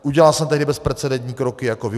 Udělal jsem tehdy bezprecedentní kroky jako vy.